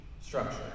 structure